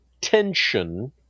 tension